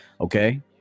okay